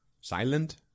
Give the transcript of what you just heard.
silent